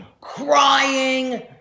crying